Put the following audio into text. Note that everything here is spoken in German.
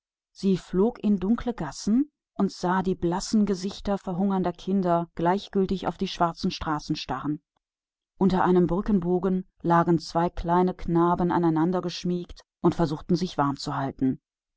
er flog in dunkle gassen hinab und sah die weißen gesichter hungernder kinder gleichgültig auf die schwarzen straßen schauen unter einem brückenbogen lagen zwei kleine buben und hielten sich